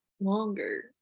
longer